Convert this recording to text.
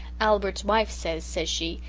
albert's wife says, says she,